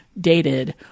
dated